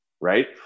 right